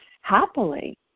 happily